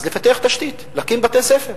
אז לפתח תשתית, להקים בתי-ספר.